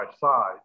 side